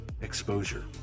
exposure